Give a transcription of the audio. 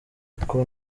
kuko